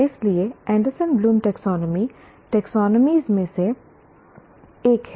इसलिए Anderson Bloom taxonomy Anderson Bloom's Taxonomy taxonomy में से एक है